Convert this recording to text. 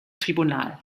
tribunal